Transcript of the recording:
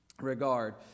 regard